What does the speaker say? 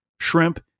shrimp